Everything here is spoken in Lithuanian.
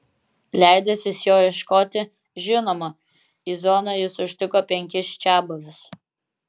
leidęsis jo ieškoti žinoma į zoną jis užtiko penkis čiabuvius